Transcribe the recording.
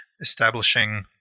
establishing